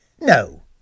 No